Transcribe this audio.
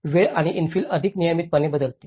वेळ आणि इन्फिल अधिक नियमितपणे बदलतील